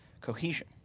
cohesion